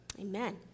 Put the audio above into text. amen